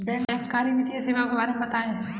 बैंककारी वित्तीय सेवाओं के बारे में बताएँ?